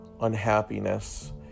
unhappiness